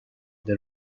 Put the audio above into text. the